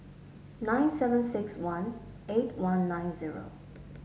nine seven six one eight one nine zero